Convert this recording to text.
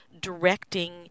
directing